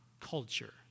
culture